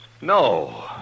No